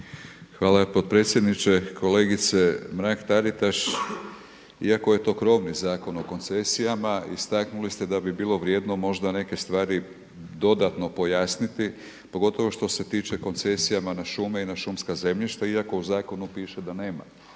Hvala potpredsjedniče. Kolegice Mrak-Taritaš, iako je to krovni zakon o koncesijama istaknuli ste da bi bilo vrijedno možda neke stvari dodatno pojasniti pogotovo što se tiče koncesijama na šume i na šumska zemljišta iako u zakonu piše da nema